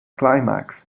climax